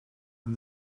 and